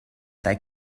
they